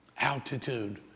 altitude